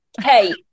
hey